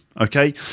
Okay